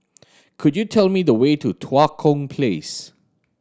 could you tell me the way to Tua Kong Place